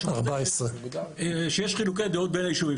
14. יש חילוקי דעות בין היישובים,